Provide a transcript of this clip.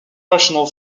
rational